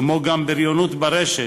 כמו גם בריונות ברשת,